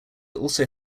also